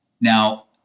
Now